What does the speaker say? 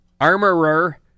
Armorer